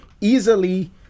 easily